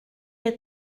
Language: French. est